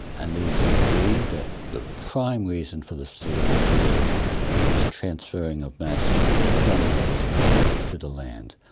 and these agree that the prime reason for the sea-level fall is transferring of mass from the oceans to the land.